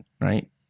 right